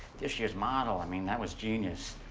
this year's model, i mean, that was genius.